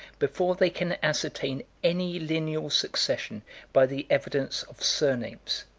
before they can ascertain any lineal succession by the evidence of surnames,